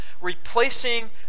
replacing